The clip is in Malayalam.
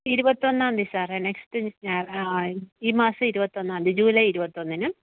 ഇരുപത്തൊന്നാം തീയതി സാറെ നെക്സ്റ്റ് ഞായർ ആ ഈ മാസം ഇരുപത്തൊന്നാം തീയതി ജൂലൈ ഇരുപത്തൊന്നിന്